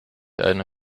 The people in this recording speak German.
eine